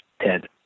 Ted